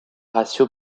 ratio